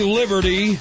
liberty